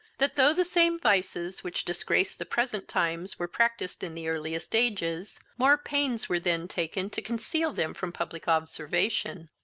that, though the same vices which disgrace the present times were practised in the earliest ages, more pains were then taken to conceal them from public observation,